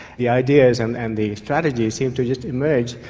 the ideas and and the strategies seem to just emerge.